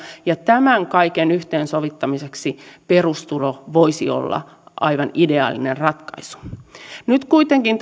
ja tämän kaiken yhteensovittamiseksi perustulo voisi olla aivan ideaalinen ratkaisu nyt kuitenkin